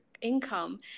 income